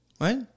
right